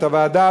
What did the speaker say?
את הוועדה,